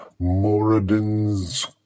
Moradin's